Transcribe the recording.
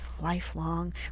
lifelong